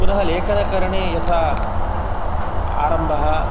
पुनः लेखनकरणे यथा आरम्भः